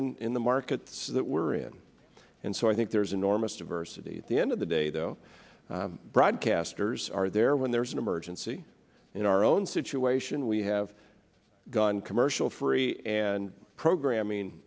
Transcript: in the markets that we're in and so i think there's enormous diversity at the end of the day though broadcasters are there when there's an emergency in our own situation we have gone commercial free and programming